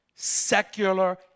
secular